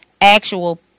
actual